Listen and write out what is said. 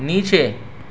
نیچے